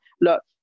look